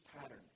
pattern